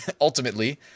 ultimately